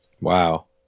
Wow